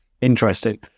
Interesting